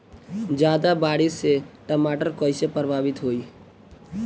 ज्यादा बारिस से टमाटर कइसे प्रभावित होयी?